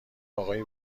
آقای